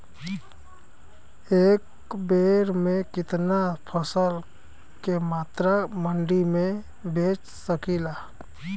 एक बेर में कितना फसल के मात्रा मंडी में बेच सकीला?